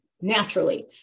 naturally